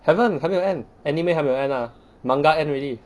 haven't 没有 end anime 还没有 end ah manga end already